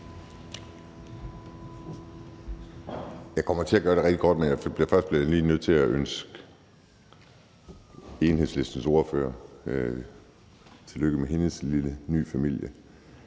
Jeg kommer til at gøre det rigtig kort, men først bliver jeg lige nødt til at ønske Enhedslistens ordfører tillykke med hendes lille ny familie.